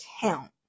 count